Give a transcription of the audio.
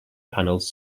panels